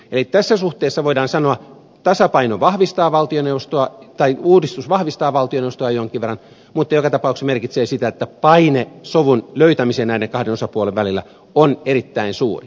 eli tässä suhteessa voidaan sanoa että uudistus vahvistaa valtioneuvostoa jonkin verran mutta joka tapauksessa se merkitsee sitä että paine sovun löytämiseen näiden kahden osapuolen välillä on erittäin suuri